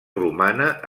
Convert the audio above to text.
romana